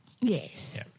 Yes